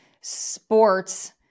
sports